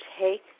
take